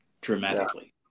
dramatically